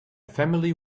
family